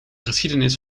geschiedenis